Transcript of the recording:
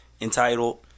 entitled